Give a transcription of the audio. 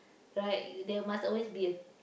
right there must always be a